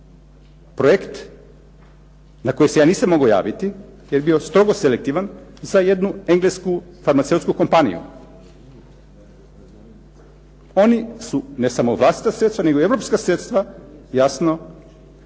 projekt na koji se ja nisam mogao javiti jer je bio strogo selektivan za jednu englesku farmaceutsku kompaniju. Oni su ne samo vlastita sredstva nego i europska sredstva, jasno,